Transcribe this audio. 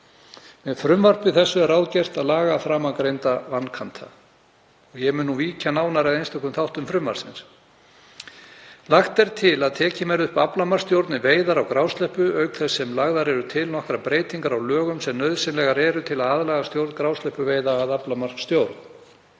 Með frumvarpi þessu er ráðgert að laga framangreinda vankanta og mun ég víkja nánar að einstökum þáttum frumvarpsins. Lagt er til að tekin verði upp aflamarksstjórn við veiðar á grásleppu auk þess sem lagðar eru til nokkrar breytingar á lögum sem nauðsynlegar eru til að aðlaga stjórn grásleppuveiða að aflamarksstjórn.